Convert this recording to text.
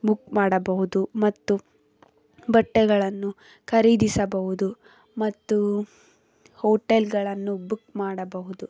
book ಮಾಡಬಹುದು ಮತ್ತು ಬಟ್ಟೆಗಳನ್ನು ಖರೀದಿಸಬಹುದು ಮತ್ತು ಹೋಟೆಲ್ಗಳನ್ನು ಬುಕ್ ಮಾಡಬಹುದು